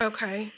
Okay